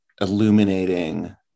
illuminating